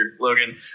Logan